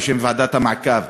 בשם ועדת המעקב: